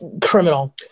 criminal